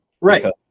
Right